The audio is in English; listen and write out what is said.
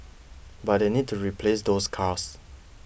but they need to replace those cars